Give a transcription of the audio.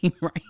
right